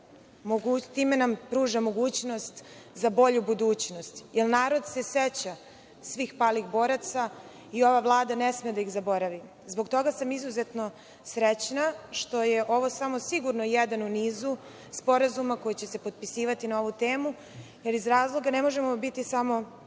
time nam pruža mogućnost za bolju budućnost. Narod se seća svih palih boraca i ova Vlada ne sme da ih zaboravi. Zbog toga sam izuzetno srećna što je ovo samo sigurno jedan u nizu sporazuma koji će se potpisivati na ovu temu, jer moramo odati